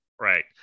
Right